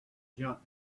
jump